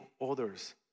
others